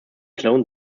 clone